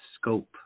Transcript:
scope